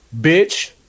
Bitch